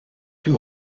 plus